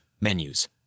menus